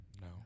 No